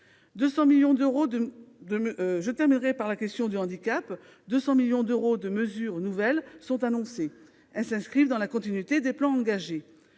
Je terminerai par la question du handicap : 200 millions d'euros de mesures nouvelles sont annoncés. Ces mesures s'inscrivent dans la continuité des plans engagés.